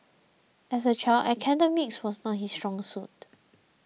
as a child academics was not his strong suit